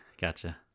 gotcha